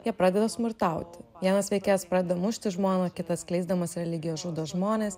jie pradeda smurtauti vienas veikėjas pradeda mušti žmoną kitas skleisdamas religiją žudo žmones